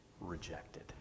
rejected